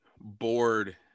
bored